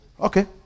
Okay